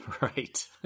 Right